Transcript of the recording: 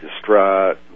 distraught